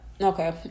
okay